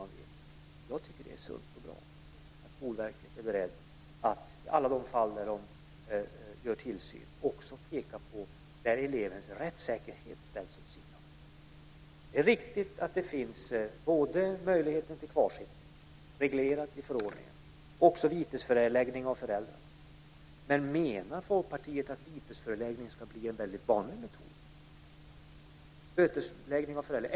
Jag tycker att det är sunt och bra att de på Skolverket är beredda att i alla de fall där de gör en tillsyn också peka på när elevens rättssäkerhet ställs åt sidan. Det är riktigt att både möjligheten till kvarsittning, reglerad i förordningen, och också vitesföreläggning av föräldrar finns. Men menar Folkpartiet att vitesföreläggning ska bli en väldigt vanlig metod?